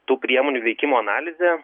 tų priemonių veikimo analizę